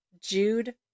Jude